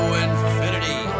infinity